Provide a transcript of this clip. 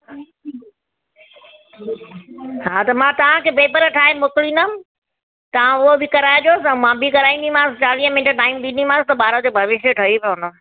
हा त मां तव्हांखे पेपर ठाहे मोकिलींदमि तव्हां उहो बि कराएजोसि मां बि कराईंदीमासि चालीह मिंट टाइम ॾींदीमांसि त ॿार जो भविष्य ठही पवंदो